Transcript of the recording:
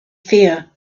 fear